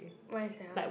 why sia